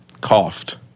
coughed